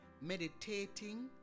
meditating